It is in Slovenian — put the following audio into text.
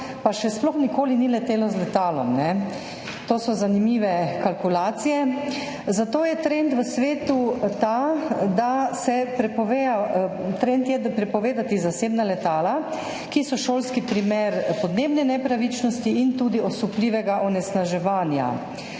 pa še sploh nikoli ni letelo z letalom. To so zanimive kalkulacije. Zato je trend v svetu prepovedati zasebna letala, ki so šolski primer podnebne nepravičnosti in tudi osupljivega onesnaževanja.